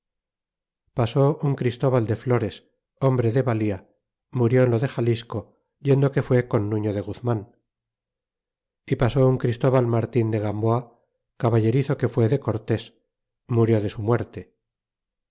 pasó un christóbal flores hombre de valia murió en lo de xalisco yendo que fué con miño de guzman y pasó un christóbai martin de gamboa caballerizo que fué de cortés murió de su muerte